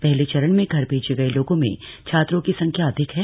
पहले चरण में घर भेजे गये लोगों में छात्रों की संख्या अधिक है